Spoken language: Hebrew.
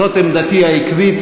זאת עמדתי העקבית,